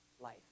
life